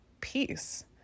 peace